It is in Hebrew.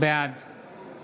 בעד